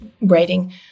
writing